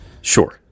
Sure